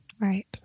Right